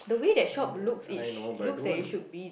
I know I know but I don't want